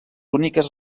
úniques